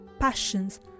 passions